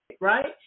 right